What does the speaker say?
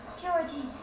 Georgie